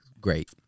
great